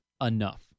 enough